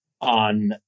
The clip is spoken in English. on